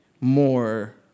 more